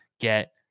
get